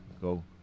go